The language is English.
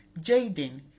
Jaden